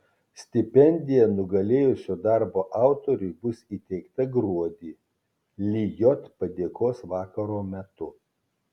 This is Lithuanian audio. stipendija nugalėjusio darbo autoriui bus įteikta gruodį lijot padėkos vakaro metu